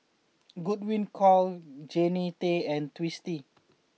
Godwin Koay Jannie Tay and Twisstii